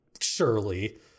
surely